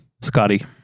Scotty